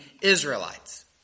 Israelites